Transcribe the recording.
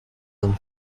and